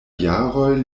jaroj